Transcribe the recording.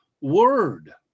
word